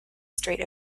strait